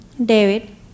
David